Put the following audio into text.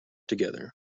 together